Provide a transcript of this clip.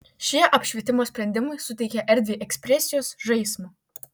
šie apšvietimo sprendimai suteikia erdvei ekspresijos žaismo